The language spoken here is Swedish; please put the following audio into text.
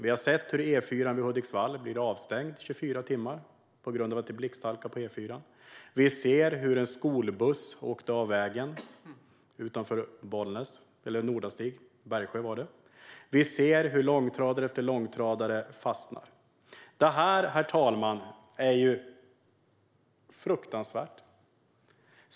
Vi har sett E4:an vid Hudiksvall stängas av i 24 timmar på grund av blixthalka. Vi har sett en skolbuss åka av vägen utanför Bollnäs - i Bergsjö i Nordanstig var det. Vi ser hur långtradare efter långtradare fastnar. Detta, herr talman, är fruktansvärt.